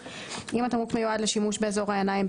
3.2. אם התמרוק מיועד לשימוש באזור העיניים,